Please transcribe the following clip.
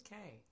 Okay